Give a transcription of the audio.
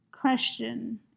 question